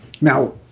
Now